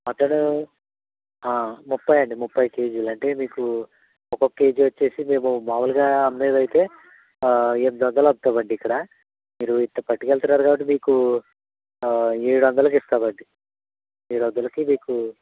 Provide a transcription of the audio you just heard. mutton ముప్పై అండి ముప్పై కేజీలు అంటే మీకు ఒకొక్క కేజీ వచ్చి మేము మాములుగా అమ్మేది అయితే ఎనిమిది వందలు అమ్మతామండి ఇక్కడ మీరు ఇంత పట్టుకుని వెళుతున్నారు కాబట్టి మీకు ఏడు వందలకి ఇస్తామండి ఏడు వందలకి మీకు